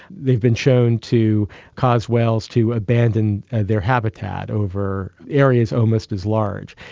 they've been shown to cause whales to abandon their habitat over areas almost as large.